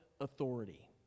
authority